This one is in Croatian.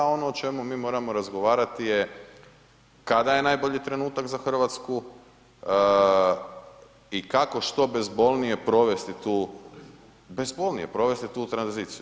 A ono o čemu mi moramo razgovarati je kada je najbolji trenutak za Hrvatsku i kako što bezbolnije provesti tu, bezbolnije provesti tu tranziciju.